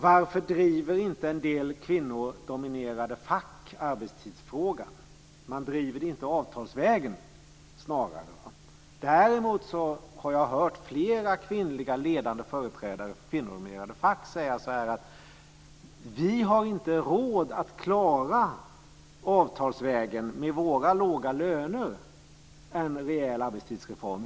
Varför driver inte en del kvinnodominerade fack arbetstidsfrågan? Snarare driver man den inte avtalsvägen. Däremot har jag hört flera kvinnliga ledande företrädare för kvinnodominerade fack säga: Vi har inte råd att avtalsvägen med våra låga löner klara en rejäl arbetstidsreform.